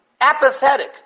apathetic